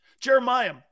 Jeremiah